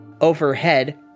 overhead